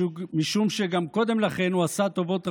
משום שגם קודם לכן הוא עשה טובות רבות,